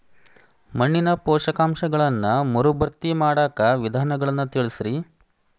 ಮಣ್ಣಿನ ಪೋಷಕಾಂಶಗಳನ್ನ ಮರುಭರ್ತಿ ಮಾಡಾಕ ವಿಧಾನಗಳನ್ನ ತಿಳಸ್ರಿ